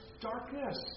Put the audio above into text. darkness